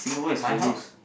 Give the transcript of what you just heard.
my house